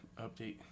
update